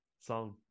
Song